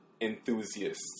enthusiasts